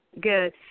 Good